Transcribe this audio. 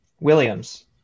Williams